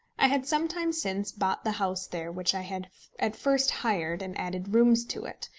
i had some time since bought the house there which i had at first hired, and added rooms to it,